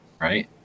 right